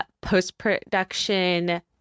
post-production